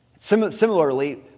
Similarly